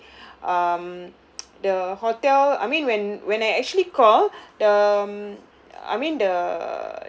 um the hotel I mean when when I actually called the um I mean the